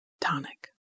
tonic